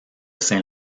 saint